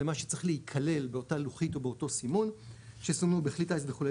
זה מה שצריך להיכלל באותה לוחית או באותו סימון שסומנו בכלי טייס וכו',